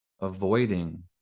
avoiding